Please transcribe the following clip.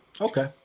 Okay